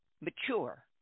mature